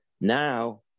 Now